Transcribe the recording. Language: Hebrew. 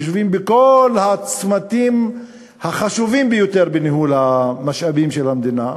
יושבים בכל הצמתים החשובים ביותר בניהול המשאבים של המדינה,